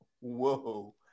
Whoa